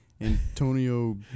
Antonio